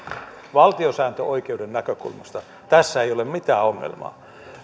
valtiosääntöoikeuden näkökulmasta tässä ei ole mitään ongelmaa